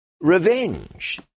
revenge